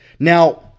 Now